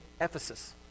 Ephesus